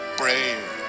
brave